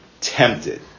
tempted